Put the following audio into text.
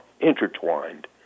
intertwined